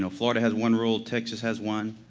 you know florida has one rule texas has one.